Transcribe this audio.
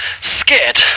scared